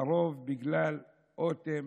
לרוב בגלל אוטם